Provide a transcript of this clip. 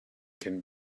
can